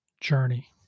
journey